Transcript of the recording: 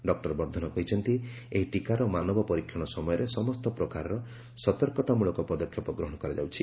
doctor Vardhan କହିଛନ୍ତି ଏହି ଟୀକାର ମାନବ ପରୀକ୍ଷଣ ସମୟରେ ସମସ୍ତ ପ୍ରକାର ସତର୍କତାମୂଳକ ପଦକ୍ଷେପ ଗ୍ରହଣ କରାଯାଉଛି